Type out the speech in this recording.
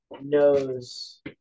knows